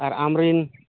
ᱟᱨ ᱟᱢ ᱨᱮᱱ